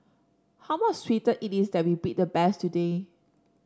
how much sweeter it is that we beat the best today